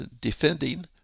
defending